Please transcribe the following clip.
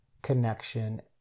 connection